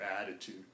attitude